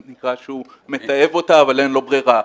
זה נקרא שאין לו ברירה.